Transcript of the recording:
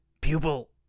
Pupil